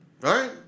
Right